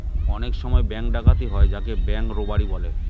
অনেক সময় ব্যাঙ্ক ডাকাতি হয় যাকে ব্যাঙ্ক রোবাড়ি বলে